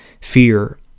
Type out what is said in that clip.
fear